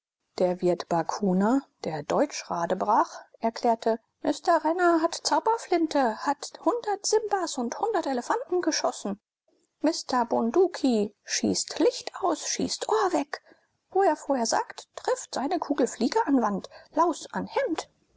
der wirt bakuna der deutsch radebrach erklärte mister renner hat zauberflinte hat simbas und elefanten geschossen mister bunduki schießt licht aus schießt ohr weg wo er vorher sagt trifft seine kugel fliege an wand laus an hemd